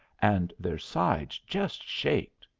and their sides just shaked.